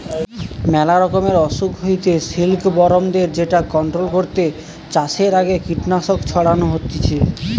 মেলা রকমের অসুখ হইতে সিল্কবরমদের যেটা কন্ট্রোল করতে চাষের আগে কীটনাশক ছড়ানো হতিছে